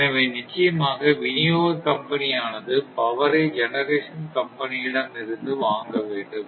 எனவே நிச்சயமாக விநியோக கம்பெனி ஆனது பவரை ஜெனரேஷன் கம்பெனியிடம் இருந்து வாங்க வேண்டும்